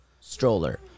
stroller